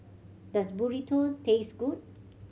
does Burrito taste good